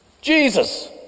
Jesus